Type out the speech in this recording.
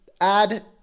add